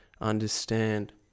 understand